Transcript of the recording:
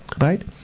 right